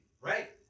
Right